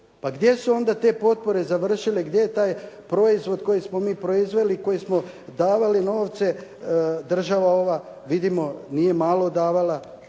Pa gdje su onda te potpore završile, gdje je taj proizvod koji smo mi proizveli i za koji smo davali novce? Država ova, vidimo nije malo davala